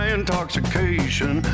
intoxication